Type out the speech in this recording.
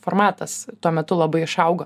formatas tuo metu labai išauga